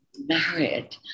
married